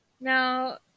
Now